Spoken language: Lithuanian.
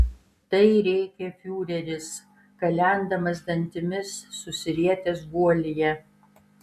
tai rėkė fiureris kalendamas dantimis susirietęs guolyje